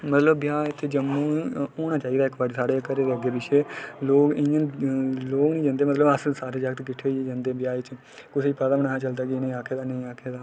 मतलब ब्याह् इत्थै जम्मू होना चाहिदा इक बारी साढ़ै घरै दे अग्गै पिच्छै लोक इ'यां मतलब लोक निं जंदे अस सारे जागत किट्ठे होइयै जंदे ब्याह् च कुसै गी पता बी नेईं हा चलदा कि उ'नें' ई आक्खे दा नेईं आक्खे दा